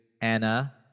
Anna